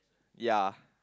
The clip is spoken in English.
ya